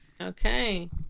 Okay